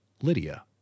Lydia